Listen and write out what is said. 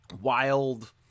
wild